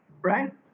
right